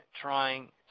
trying